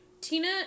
Tina